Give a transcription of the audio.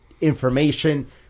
information